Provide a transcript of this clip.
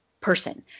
person